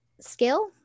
skill